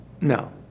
No